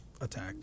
attack